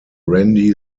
randy